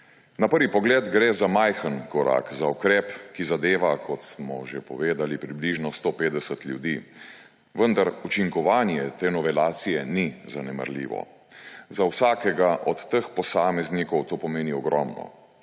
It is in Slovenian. Na prvi pogled gre za majhen korak, za ukrep, ki zadeva, kot smo že povedali, približno 150 ljudi, vendar učinkovanje te novelacije ni zanemarljivo. Za vsakega od teh posameznikov to pomeni ogromno.